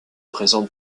présente